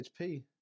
HP